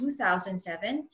2007